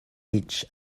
each